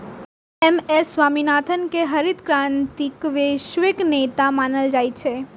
M S Swaminathan कें हरित क्रांतिक वैश्विक नेता मानल जाइ छै